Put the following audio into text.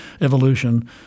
evolution